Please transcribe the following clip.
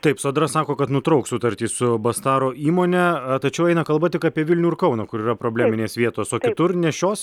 taip sodra sako kad nutrauks sutartį su bastaro įmone tačiau eina kalba tik apie vilnių ir kauną kur yra probleminės vietos o kitur nešios